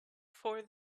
for